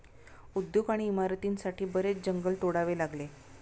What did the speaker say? उद्योग आणि इमारतींसाठी बरेच जंगल तोडावे लागले